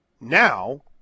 Now